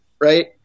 Right